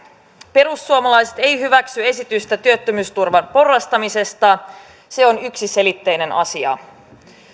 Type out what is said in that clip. perussuomalaiset ei hyväksy esitystä työttömyysturvan porrastamisesta se on yksiselitteinen asia